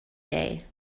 day